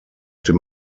dem